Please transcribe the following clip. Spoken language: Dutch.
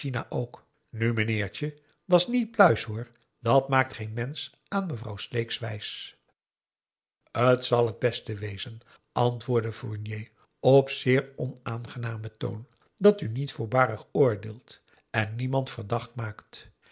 ook nu meneertje da's niet pluis hoor dàt maakt geen mensch aan mevrouw sleeks wijs het zal t beste wezen antwoordde fournier op zeer onaangenamen toon dat u niet voorbarig oordeelt en niemand verdacht maakt